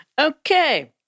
Okay